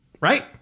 Right